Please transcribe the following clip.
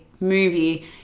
movie